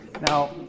Now